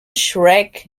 schreck